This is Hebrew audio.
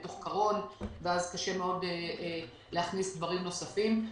בתוך קרון, ואז קשה מאוד להכניס דברים נוספים.